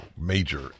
major